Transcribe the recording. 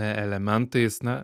elementais ne